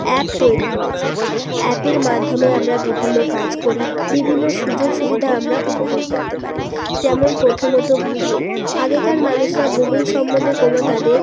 app তৈরি করেছে অ্যাপের মাধ্যমে আমরা বিভিন্ন কাজ করি বিভিন্ন সুযোগসুবিধা আমরা উপভোগ করতে পারি যেমন প্রথমত গুগুল আগেকার মানুষেরা গুগুল সম্বন্ধে কোনো তাদের